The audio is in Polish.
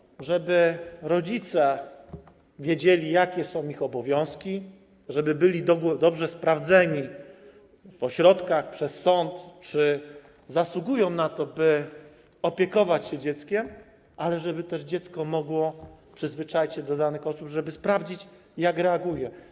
Chodzi o to, żeby rodzice wiedzieli, jakie są ich obowiązki, żeby byli dobrze sprawdzeni w ośrodkach przez sąd, czy zasługują na to, by opiekować się dzieckiem, ale żeby też dziecko mogło przyzwyczaić się do danych osób, żeby sprawdzić, jak reaguje.